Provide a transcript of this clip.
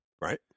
Right